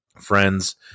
friends